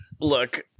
look